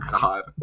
God